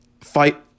fight